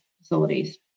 facilities